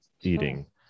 eating